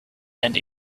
and